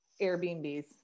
Airbnbs